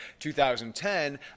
2010